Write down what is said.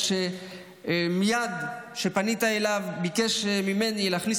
שמייד כשפנית אליו ביקש ממני להכניס